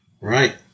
Right